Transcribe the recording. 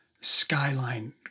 skyline